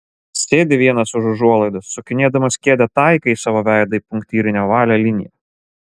sėdi vienas už užuolaidos sukinėdamas kėdę taikai savo veidą į punktyrinę ovalią liniją